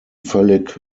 völlig